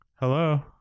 hello